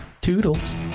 Toodles